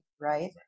right